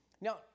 Now